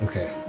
Okay